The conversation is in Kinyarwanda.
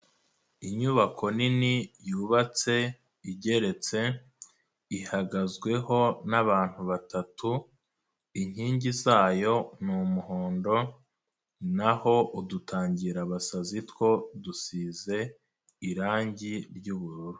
Inyubako nini yubatse igeretse, ihagazweho n'abantu batatu, inkingi zayo ni umuhondo naho udutangirabasazi two dusize irangi ry'ubururu.